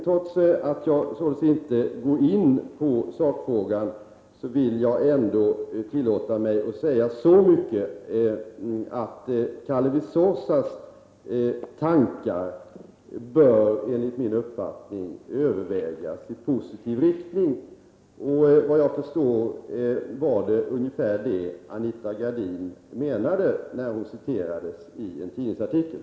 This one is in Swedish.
Trots att jag således inte går in i sakfrågan vill jag ändå tillåta mig att säga så mycket som att Kalevi Sorsas tankar enligt min uppfattning bör övervägas i en positiv anda. Efter vad jag förstår var det ungefär det som Anita Gradin menade när hon citerades i en tidningsartikel.